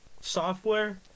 software